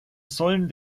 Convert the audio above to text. sollen